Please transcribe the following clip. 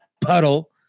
puddle